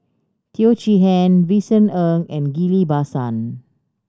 Teo Chee Hean Vincent Ng and Ghillie Basan